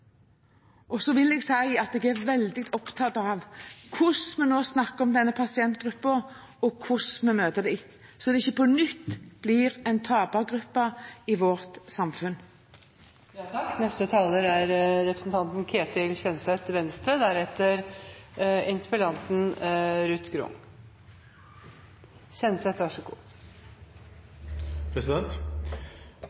Så vil jeg si at jeg er veldig opptatt av hvordan vi snakker om denne pasientgruppen, og hvordan vi møter dem, så de ikke på nytt blir en tapergruppe i vårt samfunn. Takk